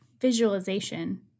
visualization